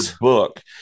book